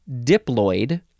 diploid